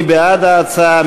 מי בעד ההצעה?